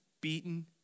beaten